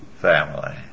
family